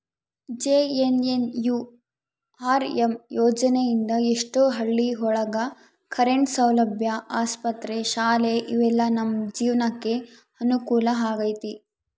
JNNURM ಯೋಜನೆ ಇಂದ ಎಷ್ಟೋ ಹಳ್ಳಿ ಒಳಗ ಕರೆಂಟ್ ಸೌಲಭ್ಯ ಆಸ್ಪತ್ರೆ ಶಾಲೆ ಇವೆಲ್ಲ ನಮ್ ಜೀವ್ನಕೆ ಅನುಕೂಲ ಆಗೈತಿ